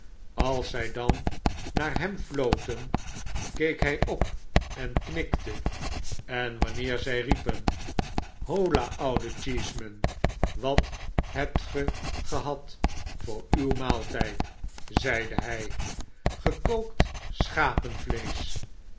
als zy dan naar hem flojten keek hy op en knikte en wanneer zy riepen hola oude cheeseman wat hebt ge gehad voor uw maaltyd zeide hij gekookt